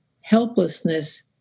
helplessness